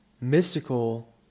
mystical